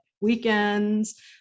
weekends